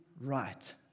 right